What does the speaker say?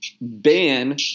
ban